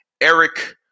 Eric